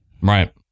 Right